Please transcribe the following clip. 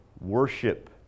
Worship